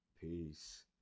peace